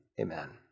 Amen